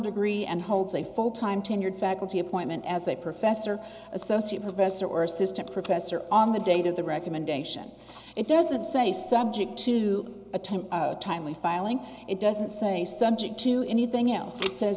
degree and holds a full time tenured faculty appointment as a professor associate professor or assistant professor on the date of the recommendation it doesn't say subject to a time timely filing it doesn't say subject to anything else it says